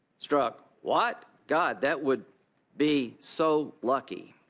strzok, what? god, that would be so lucky.